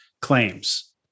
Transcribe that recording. claims